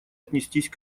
отнестись